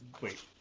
wait